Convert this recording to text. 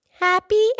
Happy